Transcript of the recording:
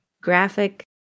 graphic